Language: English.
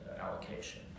allocation